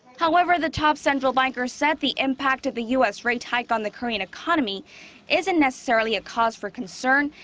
however, the top central banker said the impact of the u s. rate hike on the korean economy isn't necessarily a cause for concern.